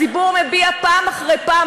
הציבור מביע פעם אחרי פעם,